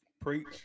Preach